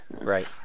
Right